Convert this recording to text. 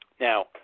Now